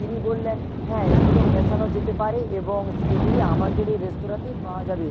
তিনি বললেন হ্যাঁ এগুলো মেশানো যেতে পারে এবং সে এগুলি আমাদের এই রেস্তোরাঁতেই পাওয়া যাবে